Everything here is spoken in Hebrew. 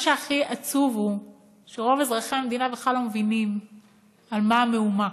מה שהכי עצוב הוא שרוב אזרחי המדינה בכלל לא מבינים על מה המהומה.